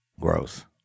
Gross